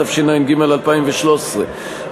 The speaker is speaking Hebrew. התשע"ג 2013,